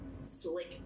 slick